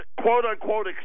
quote-unquote